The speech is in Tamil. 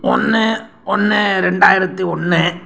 ஒன்று ஒன்று ரெண்டாயிரத்து ஒன்று